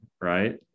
right